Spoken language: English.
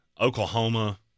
Oklahoma